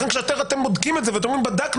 לכן כשאתם בודקים את זה ואתם אומרים "בדקנו,